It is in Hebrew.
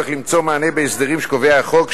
צריך למצוא מענה בהסדרים שקובע החוק,